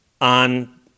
on